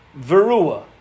verua